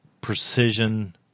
precision